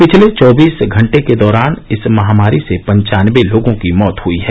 पिछले चौबीस घंटे के दौरान इस महामारी से पन्वानबे लोगों की मौत हई है